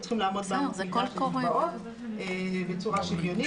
והם צריכים לעמוד בהם- -- בצורה שוויונית